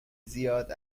زیاد